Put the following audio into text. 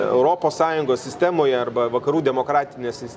europos sąjungos sistemoje arba vakarų demokratinės